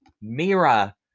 Mira